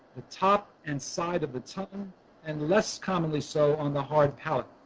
the top and side of the tongue and less commonly so on the hard palate.